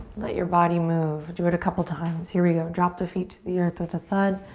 let your body move. do it a couple times. here we go. drop the feet to the earth with a thud.